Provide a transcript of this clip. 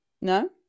No